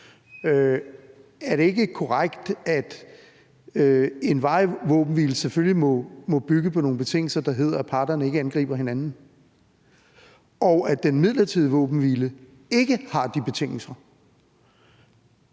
Er det ikke korrekt, at en varig våbenhvile selvfølgelig må bygge på nogle betingelser, der går ud på, at parterne ikke angriber hinanden, og at den midlertidige våbenhvile ikke bygger på de betingelser?